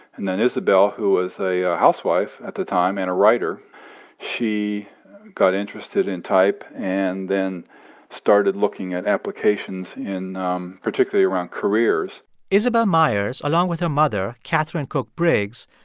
and then isabel, who was a a housewife at the time and a writer she got interested in type and then started looking at applications in um particularly around careers isabel myers, along with her mother, katharine cook briggs,